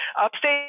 Upstate